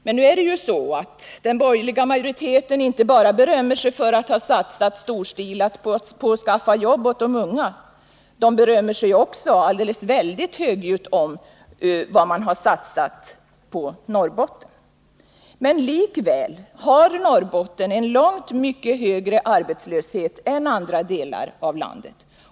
Men den borgerliga majoriteten berömmer sig inte bara av att ha satsat storstilat på att skaffa jobb åt de unga — man berömmer sig också alldeles väldigt högljutt av att ha satsat på Norrbotten. Men likväl har Norrbotten en långt högre arbetslöshet än andra delar av landet.